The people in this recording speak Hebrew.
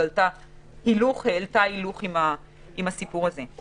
העלתה הילוך בעקבות הסיפור של המוטציה.